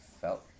felt